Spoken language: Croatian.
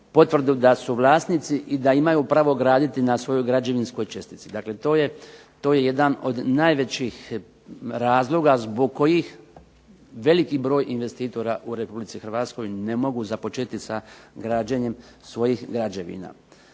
potvrdu da su vlasnici i da imaju pravo graditi na svojoj građevinskoj čestici. Dakle to je jedan od najvećih razloga zbog kojih veliki broj investitora u Republici Hrvatskoj ne mogu započeti sa građenjem svojih građevina.